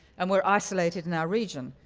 and we're isolated in our region,